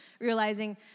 realizing